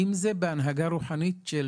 אם זה בהנהגה רוחנית של